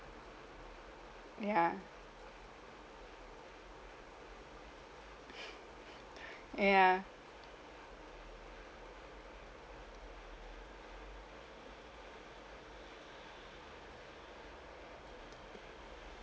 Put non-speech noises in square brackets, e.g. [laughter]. ya [laughs] ya